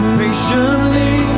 patiently